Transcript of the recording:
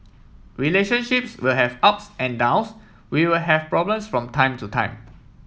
relationships will have ups and downs we will have problems from time to time